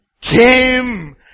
came